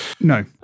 No